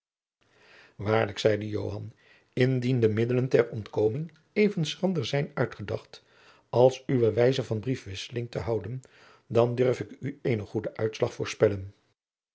waarlijk zeide joan indien de middelen ter ontkoming even schrander zijn uitgedacht als uwe wijze van briefwisseling te houden dan durf ik u eenen goeden uitslag voorspellen